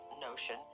notion